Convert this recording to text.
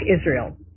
Israel